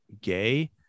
gay